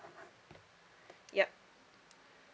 yup